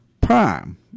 Prime